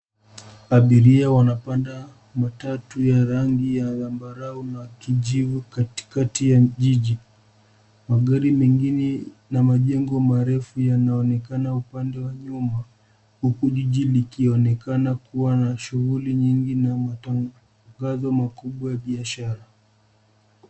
Familia wanapanda matatu ya rangi ya zambarau na kijivu katikati ya jiji. Magari mengine na majengo marefu yanaonekana upande wa nyuma, huku jiji likionekana kuwa na shughuli nyingi na matangazo makubwa ya biashara.